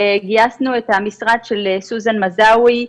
גייסנו את המשרד של סוזן מזאוי,